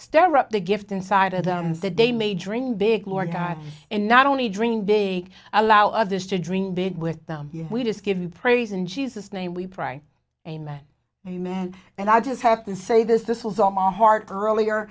the gift inside of them that they may dream big lord high and not only dream be allow others to dream big with them we just give you praise in jesus name we pray amen amen and i just have to say this this was all my heart earlier